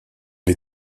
les